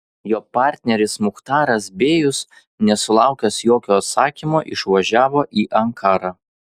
jo partneris muchtaras bėjus nesulaukęs jokio atsakymo išvažiavo į ankarą